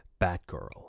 Batgirl